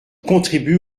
contribue